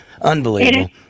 Unbelievable